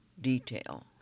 detail